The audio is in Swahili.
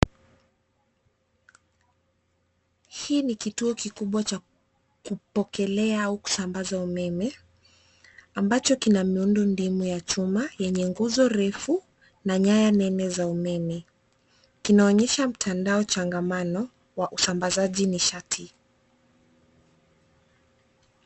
Hii ni kituo kikubwa cha kupokelea au kusambaza umeme ambacho kina miundombinu ya chuma, yenye nguzo refu na nyaya nene za umeme , kinaonyesha mtandao changamano wa usambazaji nishati .